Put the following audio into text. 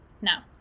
Now